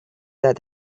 that